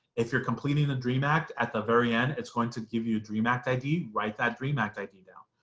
if you're completing the dream act at the very end it's going to give you dream act id, write that dream act id down.